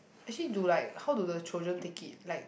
actually do like how do the children take it like